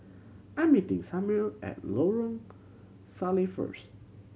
I'm meeting Samir at Lorong Salleh first